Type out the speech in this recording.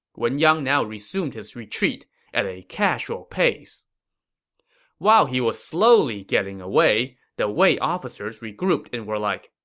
wen yang now resumed his retreat at a casual pace while he was slowly getting away, the wei officers regrouped and were like,